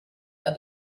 dann